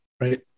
right